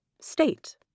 state